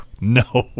No